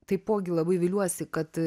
taipogi labai viliuosi kad